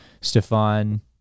Stefan